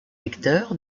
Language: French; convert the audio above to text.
lecteur